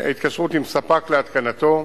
התקשרות עם ספק להתקנתו.